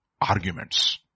arguments